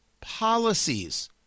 policies